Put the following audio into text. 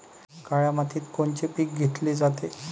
काळ्या मातीत कोनचे पिकं घेतले जाते?